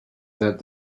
that